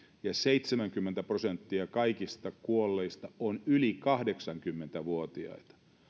ja seitsemänkymmentä prosenttia kaikista kuolleista on yli kahdeksankymmentä vuotiaita